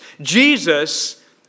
Jesus